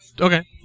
Okay